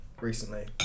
recently